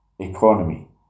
economy